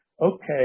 okay